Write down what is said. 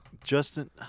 Justin